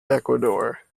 ecuador